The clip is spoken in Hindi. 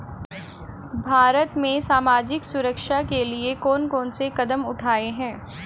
भारत में सामाजिक सुरक्षा के लिए कौन कौन से कदम उठाये हैं?